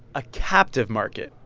a captive market,